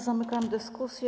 Zamykam dyskusję.